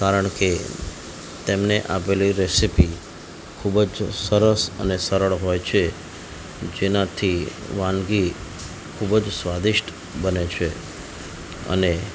કારણ કે તેમને આપેલી રેસીપી ખૂબ જ સરસ અને સરળ હોય છે જેનાથી વાનગી ખૂબ જ સ્વાદિષ્ટ બને છે અને